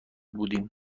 بودیم